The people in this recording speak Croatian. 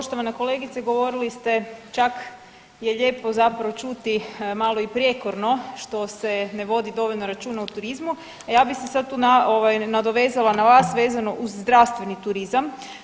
Poštovana kolegice, govorili ste čak je lijepo zapravo čuti malo i prijekorno što se ne vodi dovoljno računa o turizmu, a ja bi se sad tu ovaj nadovezala na vas vezano uz zdravstveni turizam.